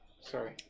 Sorry